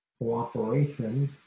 cooperation